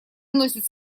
вносит